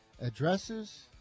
addresses